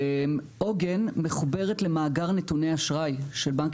עוגן מחוברת למאגר נתוני אשראי של בנק